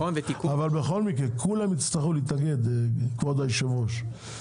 אבל בכל מקרה כולם יצטרכו להתאגד כבוד היושב ראש,